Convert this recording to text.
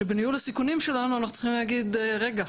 שבניהול הסיכונים שלנו אנחנו צריכים להגיד רגע,